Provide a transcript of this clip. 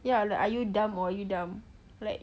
ya like are you dumb or you dumb like